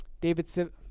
David